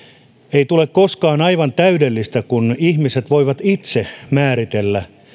ei tule koskaan aivan täydellistä kun ihmiset voivat itse määritellä